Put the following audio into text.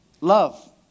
love